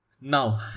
Now